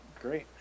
great